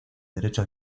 derecho